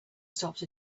stopped